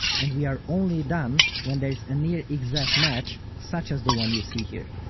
and we are only done when there is a near-exact match, such as the one you see here.